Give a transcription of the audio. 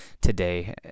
today